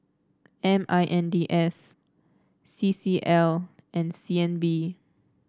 M I N D S C C L and C N B